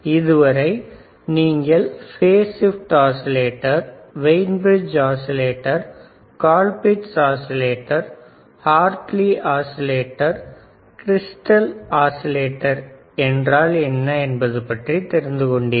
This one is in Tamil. இதுவரை நீங்கள் கட்ட மாற்று oscillator Wien bridge oscillator Colpitts oscillator Hartley oscillator மற்றும் கிறிஸ்டல் ஆஸிலேட்டர்என்றால் என்ன என்பது பற்றி தெரிந்து கொண்டீர்கள்